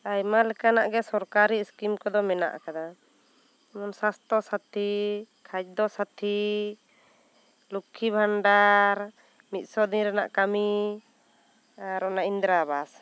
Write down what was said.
ᱟᱭᱢᱟ ᱞᱮᱠᱟᱱᱟᱜ ᱜᱮ ᱥᱚᱨᱠᱟᱨᱤ ᱤᱥᱠᱤᱢ ᱠᱚᱫᱚ ᱢᱮᱱᱟᱜ ᱟᱠᱟᱫᱟ ᱡᱮᱢᱚᱱ ᱥᱟᱥᱛᱷᱚ ᱥᱟᱹᱛᱷᱤ ᱠᱷᱟᱫᱭᱚ ᱥᱟᱹᱛᱷᱤ ᱞᱚᱠᱠᱷᱤ ᱵᱷᱟᱱᱰᱟᱨ ᱢᱤᱫ ᱥᱚ ᱫᱤᱱ ᱨᱮᱱᱟᱜ ᱠᱟᱹᱢᱤ ᱟᱨ ᱚᱱᱟ ᱤᱱᱫᱨᱟ ᱟᱵᱟᱥ